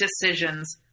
decisions